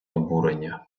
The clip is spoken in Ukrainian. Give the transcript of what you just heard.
обурення